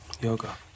yoga